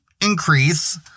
increase